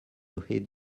heed